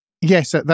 Yes